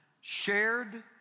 shared